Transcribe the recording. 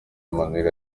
emmanuel